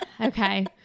Okay